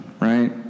right